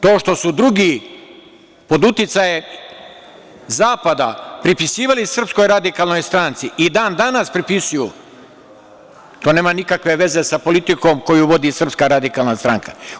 To što su drugi pod uticajem zapada pripisivali Srpskoj radikalnoj stranci i dan danas pripisuju, to nema nikakve veze sa politikom koju vodi Srpska radikalna stranka.